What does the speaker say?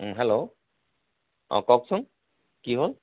hello অঁ কওকচোন কি হ'ল